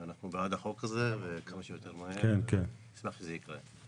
אנחנו בעד החוק הזה וכמה שיותר מהר צריך שזה יקרה.